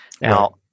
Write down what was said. now